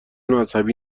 مذهبی